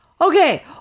okay